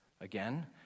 Again